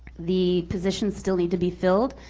the positions still need to be filled,